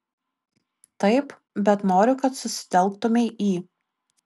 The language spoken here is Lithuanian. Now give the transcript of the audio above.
taip bet noriu kad susitelktumei į